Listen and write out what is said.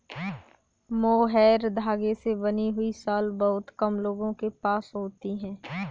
mohair धागे से बनी हुई शॉल बहुत कम लोगों के पास होती है